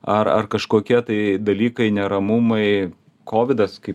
ar ar kažkokie tai dalykai neramumai kovidas kaip